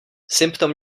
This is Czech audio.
symptom